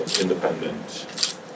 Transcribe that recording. independent